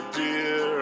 dear